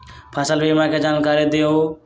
फसल बीमा के जानकारी दिअऊ?